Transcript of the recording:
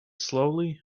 slowly